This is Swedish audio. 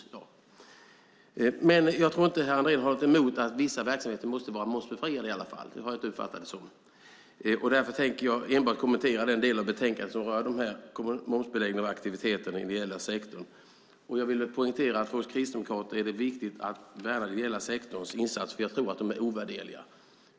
Jag uppfattade dock inte att herr Andrén har något emot att vissa verksamheter måste vara momsbefriade, och jag tänker enbart kommentera den del av betänkandet som rör momsbeläggning av aktiviteter i den ideella sektorn. Jag vill poängtera att för oss kristdemokrater är det viktigt att värna den ideella sektorns insatser, för de är ovärderliga.